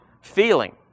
feeling